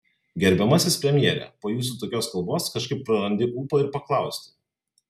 gerbiamasis premjere po jūsų tokios kalbos kažkaip prarandi ūpą ir paklausti